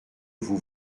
vous